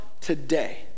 today